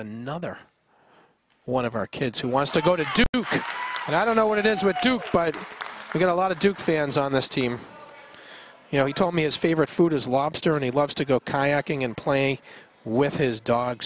another one of our kids who wants to go to duke and i don't know what it is with but we got a lot of fans on this team you know he told me his favorite food is lobster and he loves to go kayaking and playing with his dog